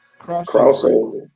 Crossover